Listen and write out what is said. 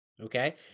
Okay